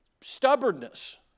stubbornness